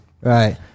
right